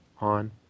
on